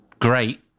great